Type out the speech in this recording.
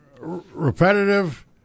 repetitive